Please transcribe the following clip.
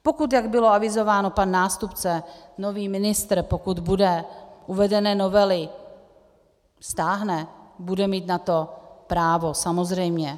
Pokud, jak bylo avizováno, pan nástupce, nový ministr uvedené novely stáhne, bude mít na to právo, samozřejmě.